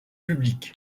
public